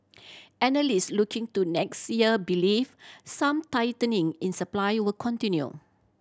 analyst looking to next year believe some tightening in supply will continue